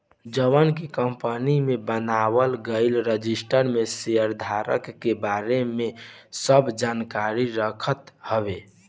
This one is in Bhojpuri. जवन की कंपनी में बनावल गईल रजिस्टर में शेयरधारक के बारे में सब जानकारी रखत हवे